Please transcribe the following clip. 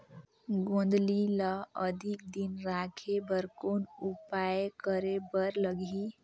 गोंदली ल अधिक दिन राखे बर कौन उपाय करे बर लगही?